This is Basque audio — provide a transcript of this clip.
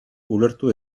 ulertu